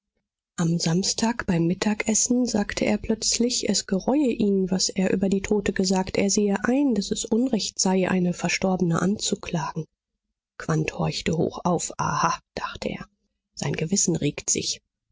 am samstag beim mittagessen sagte er plötzlich es gereue ihn was er über die tote gesagt er sehe ein daß es unrecht sei eine verstorbene anzuklagen quandt horchte hoch auf aha dachte er sein gewissen regt sich